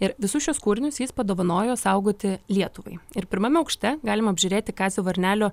ir visus šiuos kūrinius jis padovanojo saugoti lietuvai ir pirmame aukšte galima apžiūrėti kazio varnelio